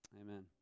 Amen